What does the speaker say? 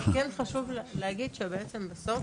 כן חשוב לי להגיד שבעצם בסוף,